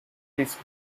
his